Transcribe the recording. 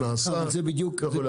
נעשה וכו'.